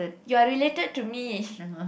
you are related to me